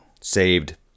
saved